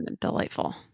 delightful